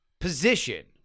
position